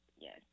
Yes